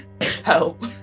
Help